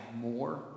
more